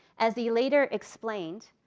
as he later explained,